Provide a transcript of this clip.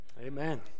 Amen